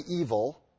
evil